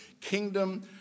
kingdom